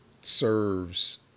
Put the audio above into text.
serves